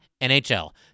NHL